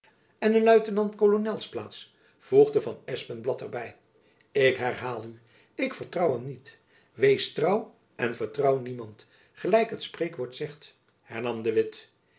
en een luitenant kolonels plaats voegde van espenblad er by ik herhaal u ik vertrouw hem niet wees trouw en vertrouw niemand gelijk het spreekwoord zegt hernam de witt